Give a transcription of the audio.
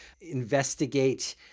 investigate